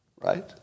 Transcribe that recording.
right